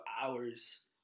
hours